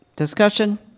Discussion